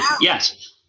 yes